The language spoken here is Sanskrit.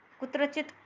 कुत्रचित्